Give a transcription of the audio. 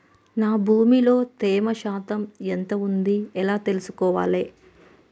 నా భూమి లో తేమ శాతం ఎంత ఉంది ఎలా తెలుసుకోవాలే?